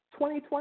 2020